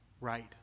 right